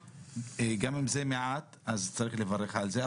גם אם זה מעט צריך לברך על זה.